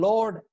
Lord